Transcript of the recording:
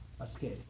escape